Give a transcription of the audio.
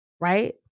right